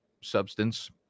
substance